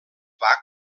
bach